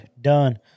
Done